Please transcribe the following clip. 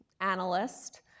analyst